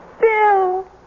Bill